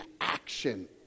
action